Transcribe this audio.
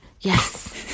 yes